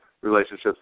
relationships